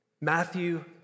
Matthew